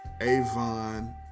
Avon